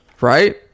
Right